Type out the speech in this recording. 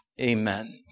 Amen